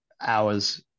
hours